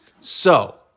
So-